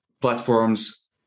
platforms